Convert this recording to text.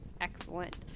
excellent